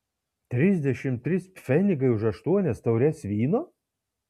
trisdešimt trys pfenigai už aštuonias taures vyno